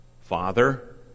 Father